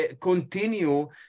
continue